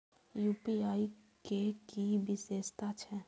UPI के कि विषेशता छै?